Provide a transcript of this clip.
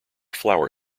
flower